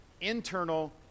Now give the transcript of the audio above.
internal